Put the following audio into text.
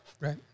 right